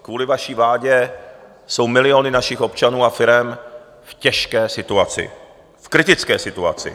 Kvůli vaší vládě jsou miliony našich občanů a firem v těžké situaci, v kritické situaci.